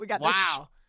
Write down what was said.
Wow